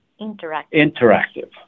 interactive